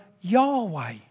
Yahweh